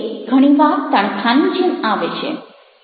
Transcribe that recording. તે ઘણી વાર તણખાની જેમ આવે છે